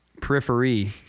periphery